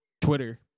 twitter